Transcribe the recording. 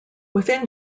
within